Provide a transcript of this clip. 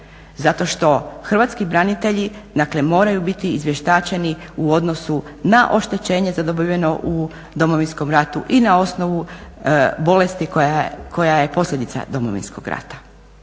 zato što hrvatski branitelji moraju biti izvještačeni u odnosu na oštećenje zadobiveno u Domovinskom ratu i na osnovu bolesti koja je posljedica Domovinskog rata.